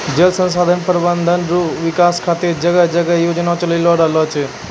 जल संसाधन प्रबंधन रो विकास खातीर जगह जगह योजना चलि रहलो छै